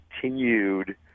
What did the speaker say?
continued